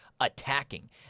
attacking